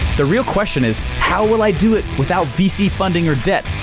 the real question is how will i do it without vc funding or debt,